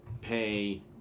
pay